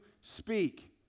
speak